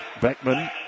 Beckman